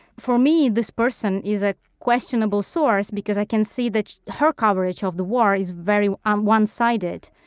for me, this person is a questionable source, because i can see that her coverage of the war is very um one-sided.